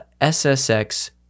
ssx